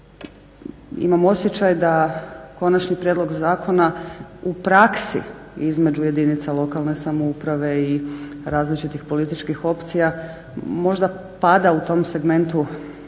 imam osjećaj da konačni prijedlog zakona u praksi između jedinica lokalne samouprave i različitih političkih opcija možda pada u tom segmentu rasprava